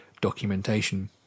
documentation